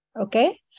Okay